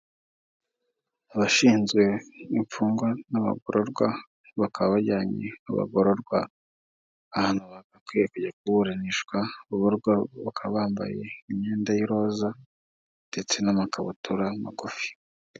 Abashinzwe imfungwa n'abagororwa bakaba bajyanye abagororwa ahantu bakwiye kujya kuburanishwa, abagororwa bakaba bambaye imyenda y'iroza ndetse n'amakabutura magufi.